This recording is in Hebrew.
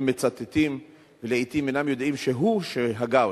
מצטטים ולעתים אינם יודעים שהוא שהגה אותה,